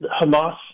Hamas